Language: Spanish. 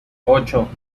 ocho